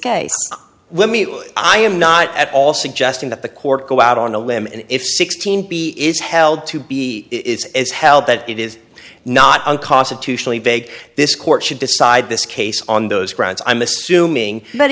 case with me i am not at all suggesting that the court go out on a limb and if sixteen p is held to be it's held that it is not unconstitutionally vague this court should decide this case on those grounds i'm assuming that